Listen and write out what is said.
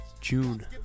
June